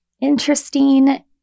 interesting